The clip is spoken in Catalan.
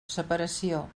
separació